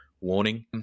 warning